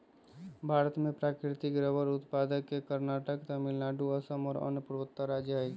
भारत में प्राकृतिक रबर उत्पादक के कर्नाटक, तमिलनाडु, असम और अन्य पूर्वोत्तर राज्य हई